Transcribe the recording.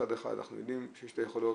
מצד אחד אנחנו מבינים שיש את היכולות,